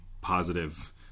positive